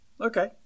Okay